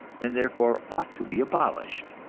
and therefore ought to be abolished.